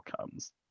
comes